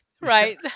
Right